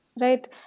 right